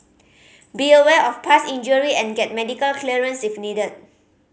be aware of past injury and get medical clearance if needed